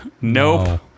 Nope